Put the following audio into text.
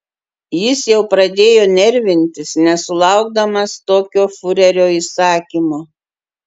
jis jau pradėjo nervintis nesulaukdamas tokio fiurerio įsakymo